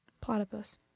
Platypus